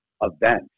event